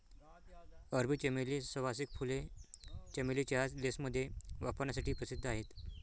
अरबी चमेली, सुवासिक फुले, चमेली चहा, लेसमध्ये वापरण्यासाठी प्रसिद्ध आहेत